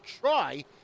try